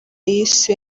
yise